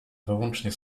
wyłącznie